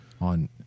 on